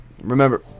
Remember